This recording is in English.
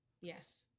Yes